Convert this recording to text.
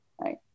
Right